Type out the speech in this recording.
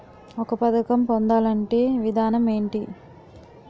ఒక పథకం పొందాలంటే విధానం ఏంటి?